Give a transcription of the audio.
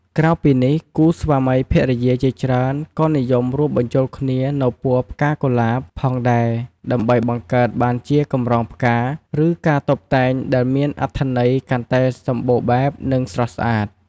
ក្រៅពីនេះ គូស្វាមីភរិយាជាច្រើនក៏និយម រួមបញ្ចូលគ្នានូវពណ៌ផ្កាកុលាប ផងដែរ ដើម្បីបង្កើតបានជាកម្រងផ្កា ឬការតុបតែងដែលមានអត្ថន័យកាន់តែសម្បូរបែប និងស្រស់ស្អាត។